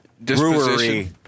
Brewery